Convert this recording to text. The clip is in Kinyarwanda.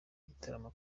igitaramo